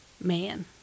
man